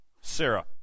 Sarah